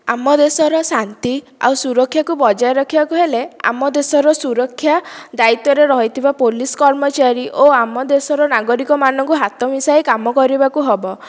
ଆମ ଦେଶର ଶାନ୍ତି ଆଉ ସୁରକ୍ଷାକୁ ବଜାୟ ରଖିବାକୁ ହେଲେ ଆମ ଦେଶର ସୁରକ୍ଷା ଦାୟିତ୍ୱରେ ରହିଥିବା ପୋଲିସ କର୍ମଚାରୀ ଓ ଆମ ଦେଶର ନାଗରିକମାନଙ୍କୁ ହାତ ମିଶାଇ କାମ କରିବାକୁ ହେବ